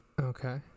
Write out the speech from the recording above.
Okay